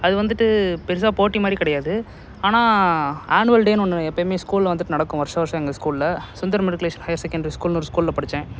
அது வந்துட்டு பெருசாக போட்டி மாதிரி கிடையாது ஆனால் அனுவ்வல் டேன்னு ஒன்று எப்பவுமே ஸ்கூலில் வந்துவிட்டு நடக்கும் வருஷா வருஷம் எங்கள் ஸ்கூலில் சுந்தர் மெட்ரிகுலேஷன் ஹையர் செகண்டரி ஸ்கூல்னு ஒரு ஸ்கூலில் படித்தேன்